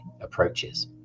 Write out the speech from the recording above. approaches